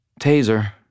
Taser